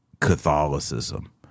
Catholicism